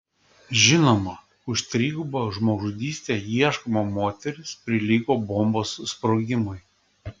žinoma už trigubą žmogžudystę ieškoma moteris prilygo bombos sprogimui